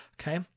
Okay